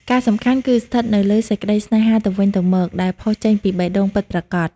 ការសំខាន់គឺស្ថិតនៅលើសេចក្តីស្នេហាទៅវិញទៅមក ដែលផុសចេញពីបេះដូងពិតប្រាកដ។